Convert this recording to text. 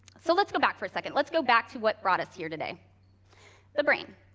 so, let's go back for a second, let's go back to what brought us here today the brain.